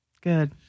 Good